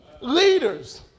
Leaders